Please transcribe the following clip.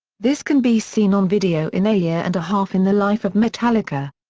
this can be seen on video in a year and a half in the life of metallica.